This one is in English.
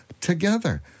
together